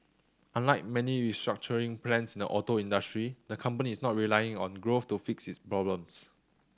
unlike many restructuring plans in the auto industry the company is not relying on growth to fix its problems